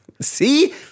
See